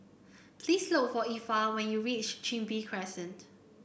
please look for Effa when you reach Chin Bee Crescent